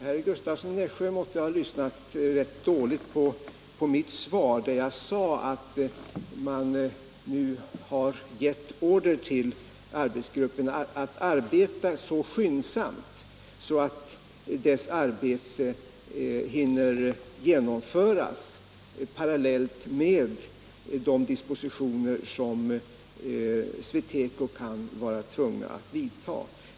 Herr Gustavsson måtte ha lyssnat rätt dåligt på mitt svar. Jag sade att man nu har gett order till arbetsgruppen att arbeta så skyndsamt att dess arbete hinner genomföras parallellt med de dispositioner som SweTeco kan vara tvunget att vidta.